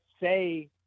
say